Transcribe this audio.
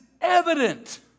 evident